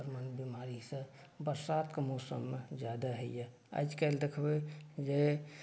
संक्रमण बीमारीसँ बरसातके मौसममे जादा होइए आज काल्हि देखबय जे